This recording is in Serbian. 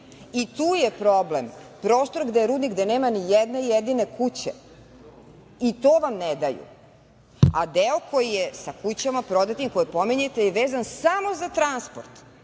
I, tu je problem, prostor gde je rudnik, gde nema nijedne jedine kuće i to vam ne daju, a deo koji je sa kućama prodatim, koje pominjete je vezan samo za transport